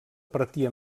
partir